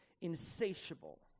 Insatiable